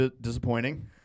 disappointing